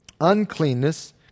uncleanness